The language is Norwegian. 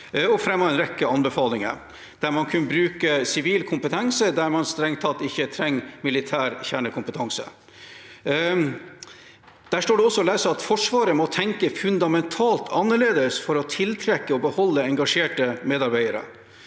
og fremmet en rekke anbefalinger der man kunne bruke sivil kompetanse der man strengt tatt ikke trenger militær kjernekompetanse. Der står det også å lese at Forsvaret må tenke fundamentalt annerledes for å tiltrekke seg og beholde engasjerte medarbeidere.